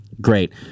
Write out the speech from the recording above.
great